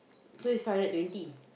so it's five hundred twenty